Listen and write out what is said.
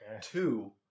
Two